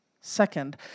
Second